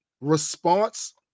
response